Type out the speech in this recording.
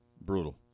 brutal